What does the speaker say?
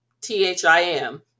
t-h-i-m